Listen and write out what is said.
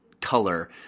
color